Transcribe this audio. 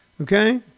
Okay